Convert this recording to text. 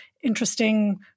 interesting